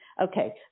Okay